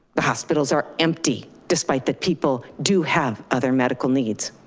the hospitals are empty, despite that people do have other medical needs.